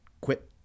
quit